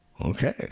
Okay